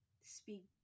speak